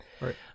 Right